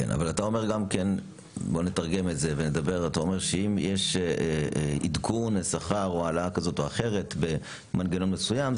אתה אומר גם שאם יש עדכון לשכר או העלאה כזאת או אחרת במנגנון מסוים,